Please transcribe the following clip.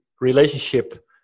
relationship